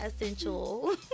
essential